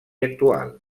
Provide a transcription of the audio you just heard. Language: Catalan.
actual